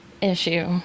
issue